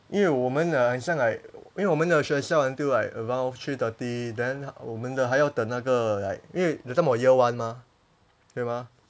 因为我们啊很像 like 因为我们的学校 until like around three thirty then 我们的还要等那个 like 因为 that time was year one mah 对吗